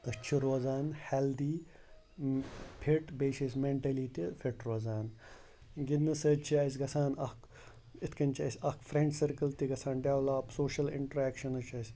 أسۍ چھِ روزان ہٮ۪لدی فِٹ بیٚیہِ چھِ أسۍ مینٹٔلی تہِ فِٹ روزان گِنٛدنہٕ سۭتۍ چھِ اَسہِ گَژھان اَکھ یِتھ کَنۍ چھِ اَسہِ اَکھ فرٛٮ۪نٛڈ سٔرکٕل تہِ گَژھان ڈٮ۪ولَپ سوشل اِنٹرٛیکشَنٕز چھِ اَسہِ